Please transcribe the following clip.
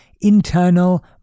internal